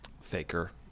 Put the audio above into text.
faker